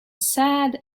sad